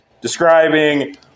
describing